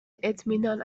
اطمینان